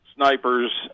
snipers